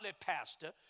pastor